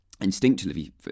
Instinctively